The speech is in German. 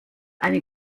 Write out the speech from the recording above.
eine